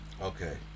Okay